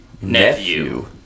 Nephew